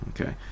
Okay